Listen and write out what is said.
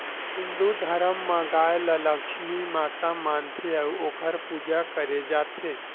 हिंदू धरम म गाय ल लक्छमी माता मानथे अउ ओखर पूजा करे जाथे